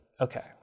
okay